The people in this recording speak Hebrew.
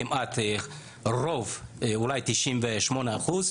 אולי 98 אחוז,